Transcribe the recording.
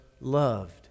loved